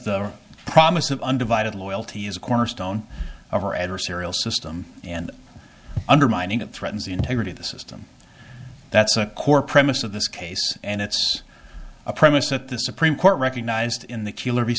the promise of undivided loyalty is a cornerstone of our adversarial system and undermining it threatens the integrity of the system that's a core premise of this case and it's a promise that the supreme court recognized in the